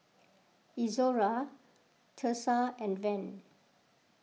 Izora Thursa and Van